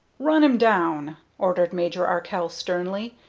run him down! ordered major arkell, sternly,